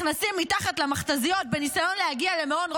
הממלכתיות.